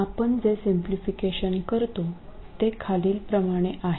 आपण जे सिंपलिफिकेशन करतो ते खालीलप्रमाणे आहे